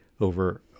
over